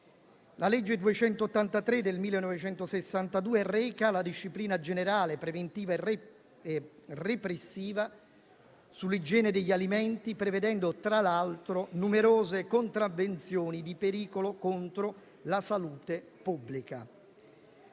La legge n. 283 del 1962 reca la disciplina generale, preventiva e repressiva, sull'igiene degli alimenti, prevedendo tra l'altro numerose contravvenzioni di pericolo contro la salute pubblica.